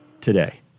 today